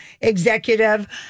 executive